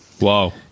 Wow